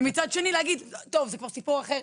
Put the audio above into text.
מצד שני להגיד שזה סיפור אחר.